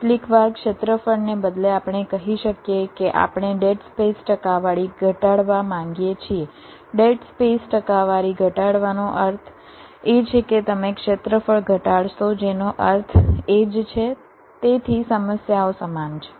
કેટલીકવાર ક્ષેત્રફળને બદલે આપણે કહી શકીએ કે આપણે ડેડ સ્પેસ ટકાવારી ઘટાડવા માંગીએ છીએ ડેડ સ્પેસ ટકાવારી ઘટાડવાનો અર્થ એ છે કે તમે ક્ષેત્રફળ ઘટાડશો તેનો અર્થ એ જ છે તેથી સમસ્યાઓ સમાન છે